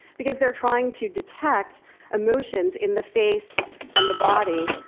because they're trying to detect emotions in the face and the body,